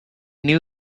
knew